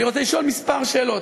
אני רוצה לשאול כמה שאלות: